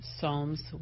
Psalms